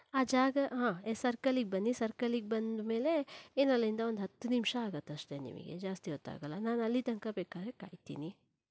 ಆ ಜಾಗ ಹಾ ಈ ಸರ್ಕಲ್ಲಿಗೆ ಬನ್ನಿ ಸರ್ಕಲ್ಲಿಗೆ ಬಂದ್ಮೇಲೆ ಏನು ಅಲ್ಲಿಂದ ಒಂದು ಹತ್ತು ನಿಮಿಷ ಆಗತ್ತೆ ಅಷ್ಟೇ ನಿಮಗೆ ಜಾಸ್ತಿ ಹೊತ್ತು ಆಗಲ್ಲ ನಾನು ಅಲ್ಲಿ ತನಕ ಬೇಕಾದರೆ ಕಾಯ್ತೀನಿ